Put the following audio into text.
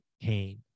pain